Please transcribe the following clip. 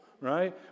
right